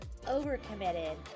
overcommitted